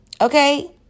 Okay